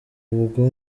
ubwo